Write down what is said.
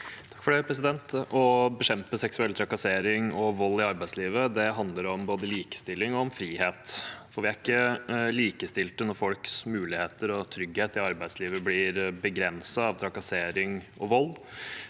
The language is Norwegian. (komite- ens leder): Å bekjempe seksuell trakassering og vold i arbeidslivet handler om både likestilling og frihet. Vi er ikke likestilte når folks muligheter og trygghet i arbeidslivet blir begrenset av trakassering og vold.